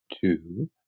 two